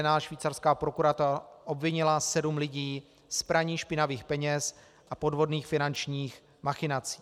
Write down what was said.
V roce 2011 švýcarská prokuratura obvinila sedm lidí z praní špinavých peněz a podvodných finančních machinací.